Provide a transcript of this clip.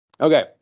Okay